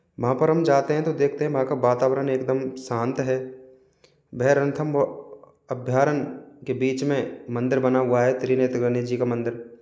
वहाँ पर हम जाते हैं तो देखते वहाँ का वातावरण एकदम शांत है वह रणथंबोर अभ्यारण के बीच में मंदिर बना हुआ है त्रिनेत्र गणेश जी का मंदिर